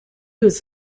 was